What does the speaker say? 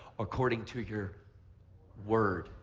according to your word.